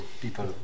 people